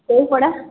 ଓଉପଡ଼ା